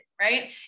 Right